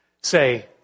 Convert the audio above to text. say